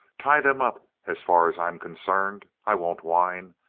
tie them up as far as i'm concerned. i won't whine.